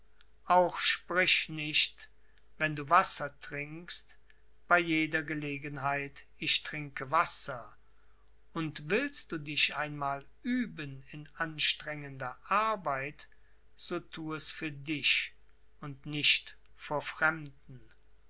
auch sprich nicht wenn du wasser trinkst bei jeder gelegenheit ich trinke wasser und willst du dich einmal üben in anstrengender arbeit so thu es für dich und nicht vor fremden